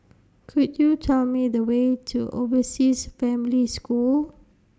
Could YOU Tell Me The Way to Overseas Family School